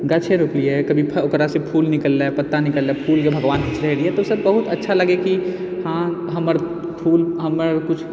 गाछे रोपलियै कभी ओकरासँ फूल निकललै पत्ता निकलै फूलके भगवानके चढ़ेलियै ई सब बहुत अच्छा लगै की हँ हमर फूल हमर कुछ